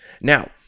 Now